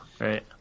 Right